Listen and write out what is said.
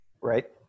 Right